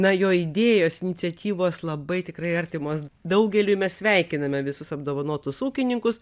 na jo idėjos iniciatyvos labai tikrai artimos daugeliui mes sveikiname visus apdovanotus ūkininkus